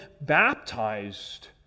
baptized